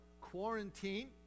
quarantine